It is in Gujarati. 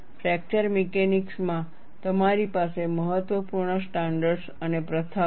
ફ્રેક્ચર મિકેનિક્સ માં તમારી પાસે મહત્વપૂર્ણ સ્ટાન્ડર્ડ્સ અને પ્રથાઓ છે